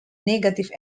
negative